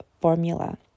formula